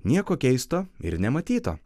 nieko keisto ir nematyto